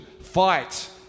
fight